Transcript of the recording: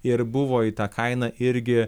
ir buvo į tą kainą irgi